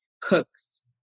cooks